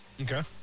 Okay